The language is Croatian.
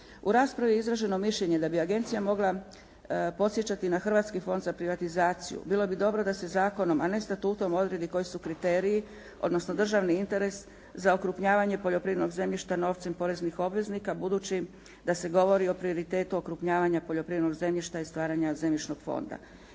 U raspravi je izraženo mišljenje da bi agencija mogla podsjećati na Hrvatski fond za privatizaciju. Bilo bi dobro da se zakonom a ne statutom odredi koji su kriteriji odnosno državni interes za okrupnjavanje poljoprivrednog zemljišta novcem poreznih obveznika budući da se govori o prioritetu okrupnjavanja poljoprivrednog zemljišta i stvaranja zemljišnog fonda.